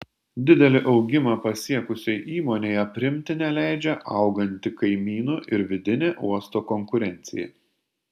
didelį augimą pasiekusiai įmonei aprimti neleidžia auganti kaimynų ir vidinė uosto konkurencija